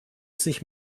sich